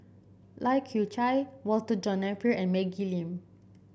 Lai Kew Chai Walter John Napier and Maggie Lim